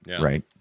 Right